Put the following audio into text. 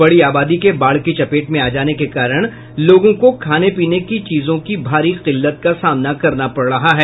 बड़ी आबादी के बाढ़ की चपेट में आ जाने के कारण लोगों को खाने पीने के चीजों की भारी किल्लत का सामना करना पड़ रहा है